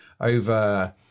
over